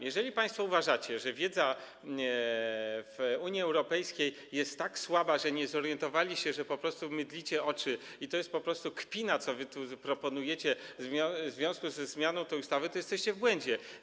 Jeżeli państwo uważacie, że wiedza w Unii Europejskiej jest tak słaba, że nie zorientowano się, że po prostu mydlicie oczy i że jest kpiną to, co wy tu proponujecie w związku ze zmianą tej ustawy, to jesteście w błędzie.